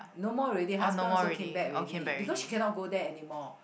no more already husband also came back already because she cannot go there anymore